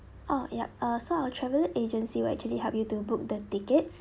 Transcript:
oh ya uh so our travel agency will actually help you book the tickets